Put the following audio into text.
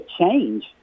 change